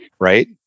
right